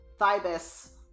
Thibis